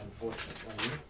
unfortunately